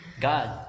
god